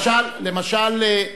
למשל,